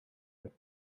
with